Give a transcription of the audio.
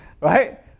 right